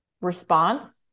response